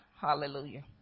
Hallelujah